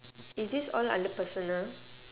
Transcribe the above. is this all under personal